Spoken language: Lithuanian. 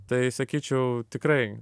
tai sakyčiau tikrai